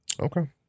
Okay